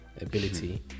ability